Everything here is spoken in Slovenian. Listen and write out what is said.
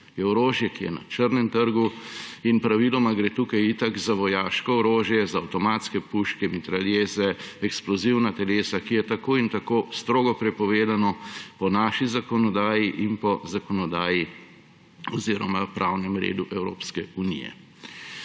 orožje, ki je na črnem trgu in praviloma gre tukaj itak za vojaško orožje, za avtomatske puške, mitraljeze, eksplozivna telesa, ki je tako in tako strogo prepovedano po naši zakonodaji in po zakonodaji oziroma pravnem redu Evropske unije.